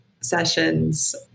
sessions